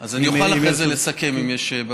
אז אני אוכל אחר כך לסכם, אם יש בקשות דיבור.